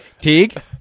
Teague